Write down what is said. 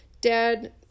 dad